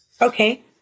Okay